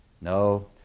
No